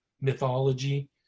mythology